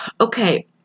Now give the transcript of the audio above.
Okay